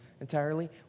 entirely